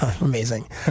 Amazing